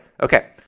Okay